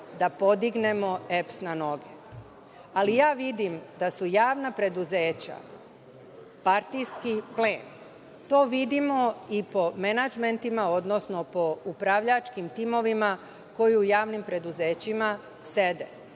da podignemo EPS na noge, ali ja vidim da su javna preduzeća partijski plen. To vidimo i po menadžmentima, odnosno po upravljačkim timovima koji u javnim preduzećima sede. Mi